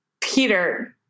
Peter